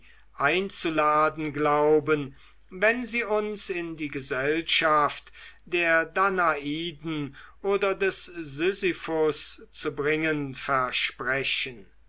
einzuladen glauben wenn sie uns in die gesellschaft der danaiden oder des sisyphus zu bringen versprechen